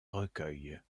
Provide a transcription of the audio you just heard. recueils